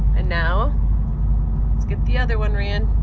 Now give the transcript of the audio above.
and now let's get the other one, ran.